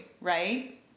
right